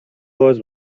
باز